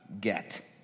get